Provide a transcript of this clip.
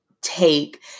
take